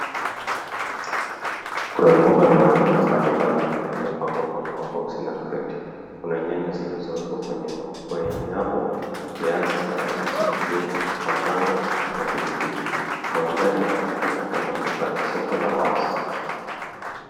Kuna mboga na matunda mbali mbali yaliyopangwa kwenye maboxi na kreti , kuna nyanya zilizoekwa kwenye unyavu, viazi, parachichi, ndimu, matango na pilipili. Mandhari inaonekana kuwa ya soko la wazi.